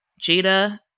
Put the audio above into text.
Jada